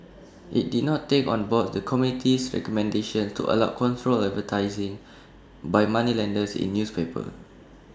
IT did not take on board the committee's recommendation to allow controlled advertising by moneylenders in newspapers